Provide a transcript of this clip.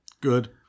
Good